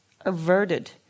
averted